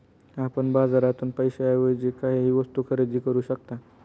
आपण बाजारातून पैशाएवजी काहीही वस्तु खरेदी करू शकता